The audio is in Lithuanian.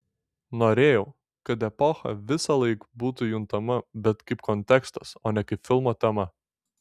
norėjau kad epocha visąlaik būtų juntama bet kaip kontekstas o ne kaip filmo tema